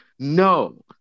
No